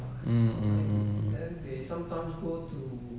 mm mm mm mm